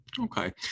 Okay